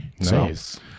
Nice